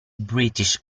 british